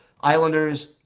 Islanders